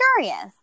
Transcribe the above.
curious